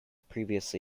previously